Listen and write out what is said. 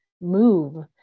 move